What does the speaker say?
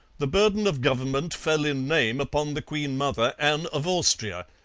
the burden of government fell in name upon the queen-mother, anne of austria,